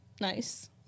nice